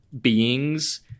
beings